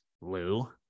Lou